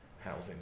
housing